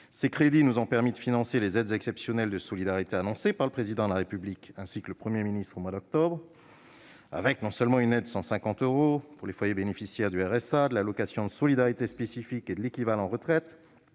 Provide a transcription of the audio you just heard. Ces crédits ont permis de financer les aides exceptionnelles de solidarité annoncées par le Président de la République ainsi que par le Premier ministre, au mois d'octobre 2020. Ces mesures comprenaient non seulement un versement de 150 euros pour les foyers bénéficiaires du RSA, de l'allocation de solidarité spécifique et de l'allocation équivalent retraite,